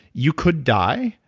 you could die.